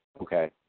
okay